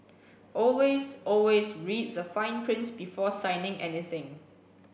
always always read the fine print before signing anything